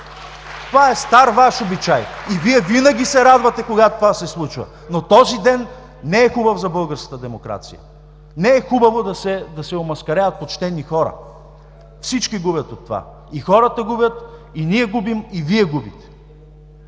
Това е стар Ваш обичай, и Вие винаги се радвате, когато това се случва, но този ден не е хубав за българската демокрация. Не е хубаво да се омаскаряват почтени хора. Всички губят от това – и хората губят, и ние губим, и Вие губите.